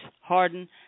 harden